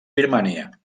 birmània